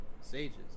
sages